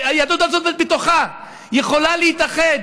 יהדות ארצות הברית בתוכה יכולה להתאחד.